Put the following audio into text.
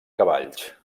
cavalls